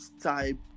type